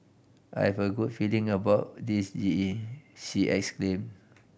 I have a good feeling about this G E she exclaimed